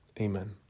Amen